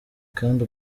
kandi